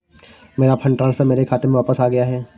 मेरा fund transfer मेरे खाते में वापस आ गया है